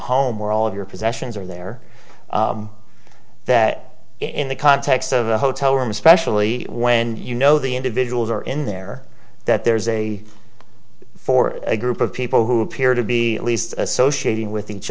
home where all of your possessions are there that in the context of a hotel room especially when you know the individuals are in there that there's a for a group of people who appear to be at least associated with each